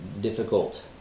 difficult